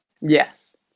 Yes